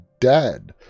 dead